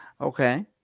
Okay